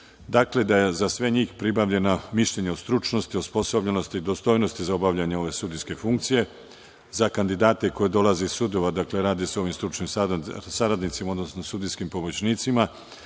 Dakle, da je za sve njih pribavljeno mišljenje o stručnosti, osposobljenosti, dostojnosti za obavljanje ove sudijske funkcije. Za kandidate koji dolaze iz sudova, dakle, radi se o stručnim saradnicima, odnosno sudijskim pomoćnicima,